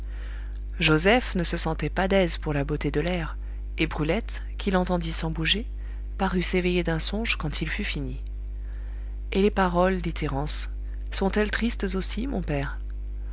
joseph ne se sentait pas d'aise pour la beauté de l'air et brulette qui l'entendit sans bouger parut s'éveiller d'un songe quand il fut fini et les paroles dit thérence sont-elles tristes aussi mon père